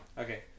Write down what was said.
Okay